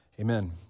Amen